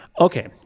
Okay